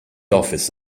office